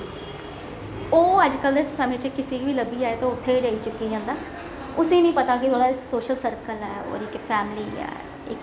ओह् अज्जकल दे जमान्ने च कुसै गी बी लब्भी जाए ते ओह् उत्थे गै जाई चिपकी जंदा उसी नेईं पता के ओहदा कोई सोशल सर्कल ऐ ओहदी इक फैमली ऐ इक